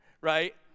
right